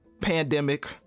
pandemic